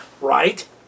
Right